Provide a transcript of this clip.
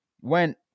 went